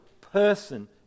person